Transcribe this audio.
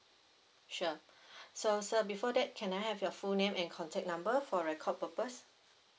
sure so sir before that can I have your full name and contact number for record purpose